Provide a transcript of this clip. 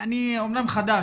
אני אמנם חדש,